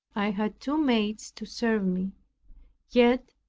i had two maids to serve me yet,